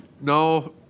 No